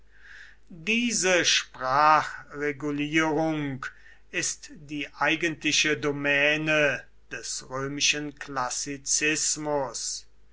diese sprachregulierung ist die eigentliche domäne des römischen klassizismus